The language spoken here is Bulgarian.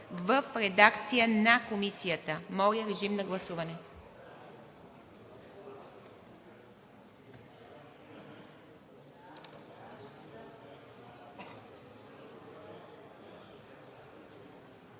в редакция на Комисията. Моля, режим на гласуване.